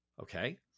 okay